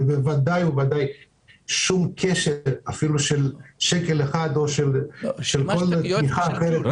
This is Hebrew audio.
בוודאי ובוודאי שום קשר אפילו של שקל אחד לאף חברה.